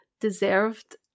deserved